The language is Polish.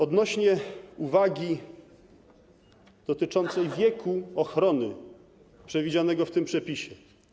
Odnośnie do uwagi dotyczącej wieku ochrony przewidzianego w tym przepisie.